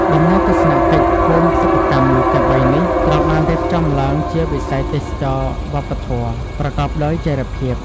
ដំណើរទស្សនកិច្ចភូមិសិប្បកម្មទាំងបីនេះ ត្រូវបានរៀបចំឡើងជា វិស័យទេសចរណ៍វប្បធម៌ ប្រកបដោយចីរភាព។